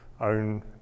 own